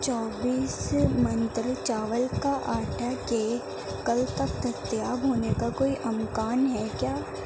چوبیس منترے چاول کا آٹا کے کل تک دستیاب ہونے کا کوئی امکان ہے کیا